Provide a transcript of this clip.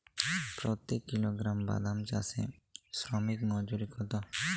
প্রতি কিলোগ্রাম বাদাম চাষে শ্রমিক মজুরি কত?